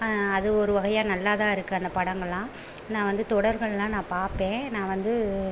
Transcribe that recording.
அது ஒரு வகையாக நல்லா தான் இருக்குது அந்த படங்களெலாம் நான் வந்து தொடர்களெலாம் நான் பார்ப்பேன் நான் வந்து